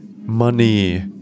Money